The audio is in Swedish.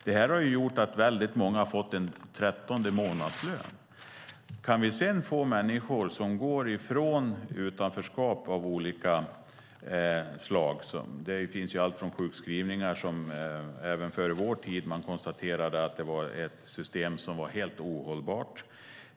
Detta har gjort att väldigt många har fått en trettonde månadslön. Det handlar om att få människor att gå ifrån utanförskap av olika slag, till exempel sjukskrivningar. Man konstaterade att det var ett system som var helt ohållbart.